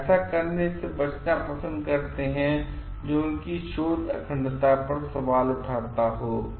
कुछ ऐसा करने से बचना पसंद करते हैं जो उनकी शोध अखंडता पर सवाल उठाता हो